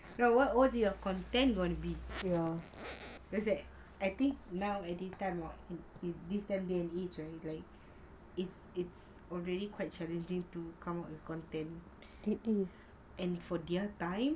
what is your content wanna be acting now in this day and age it's already quite challenging to come out with content and for their time